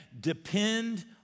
depend